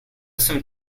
some